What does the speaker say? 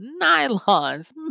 nylons